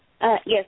Yes